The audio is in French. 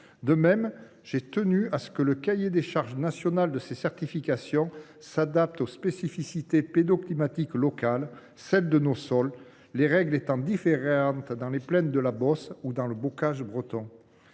En outre, j’ai tenu à ce que le cahier des charges national de ces certifications s’adapte aux spécificités pédoclimatiques locales, c’est à dire celles de nos sols, les règles étant différentes dans les plaines de la Beauce ou dans le bocage breton.